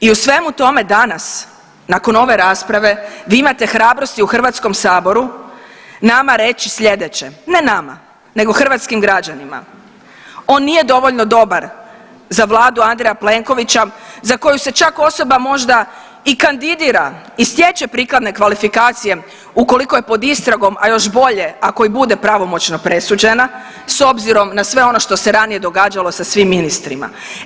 I u svemu tome danas nakon ove rasprave vi imate hrabrosti u HS-u nama reći sljedeće, ne nama nego hrvatskim građanima, on nije dovoljno dobar za vladu Andreja Plenkovića za koju se čak osoba možda i kandidira i stječe prikladne kvalifikacije ukoliko je pod istragom, a još bolje ako i bude pravomoćno presuđena s obzirom na sve ono što se ranije događalo sa svim ministrima.